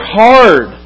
hard